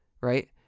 right